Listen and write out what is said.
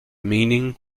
meaning